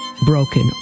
broken